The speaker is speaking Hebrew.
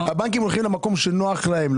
הבנקים הולכים למקום שנוח להם,